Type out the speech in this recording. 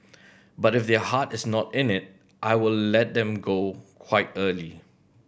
but if their heart is not in it I will let them go quite early